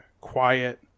quiet